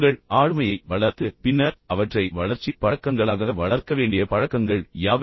உங்கள் ஆளுமையை வளர்த்து பின்னர் அவற்றை வளர்ச்சிப் பழக்கங்களாக வளர்க்க வேண்டிய பழக்கங்கள் யாவை